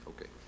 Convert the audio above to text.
Okay